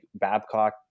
Babcock